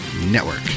Network